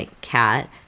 cat